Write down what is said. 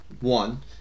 One